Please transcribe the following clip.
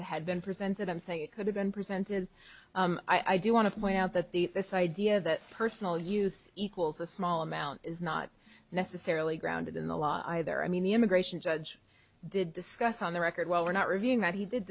it had been presented i'm saying it could have been presented i do want to point out that the this idea that personal use equals a small amount is not necessarily grounded in the law either i mean the immigration judge did discuss on the record well we're not revealing that he did